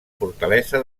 fortalesa